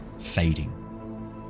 fading